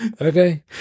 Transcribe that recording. okay